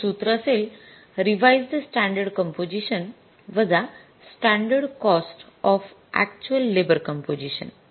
तर सूत्र असेल रीवाईज़्ड स्टॅंडर्ड कंपोझिशन वजा standard cost of actual labour composition